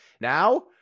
now